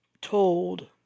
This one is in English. told